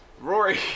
Rory